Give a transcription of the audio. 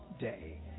day